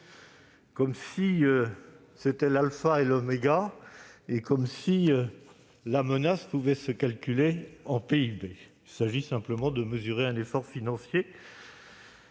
comme si c'était l'alpha et l'oméga, comme si la menace pouvait se calculer en PIB ... Il s'agit simplement de mesurer un effort financier.